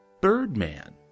Birdman